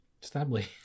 Stably